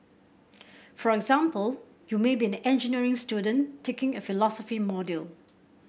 for example you may be an engineering student taking a philosophy module